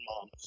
mom